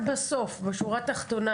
בסוף, בשורה התחתונה?